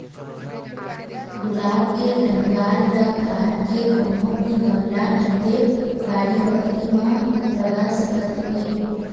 गुलाब के डंगाल ल काट के कोनो भी गमला नइ ते बाड़ी बखरी म लगा सकत हे